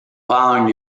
following